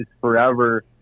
forever